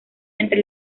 entre